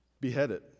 beheaded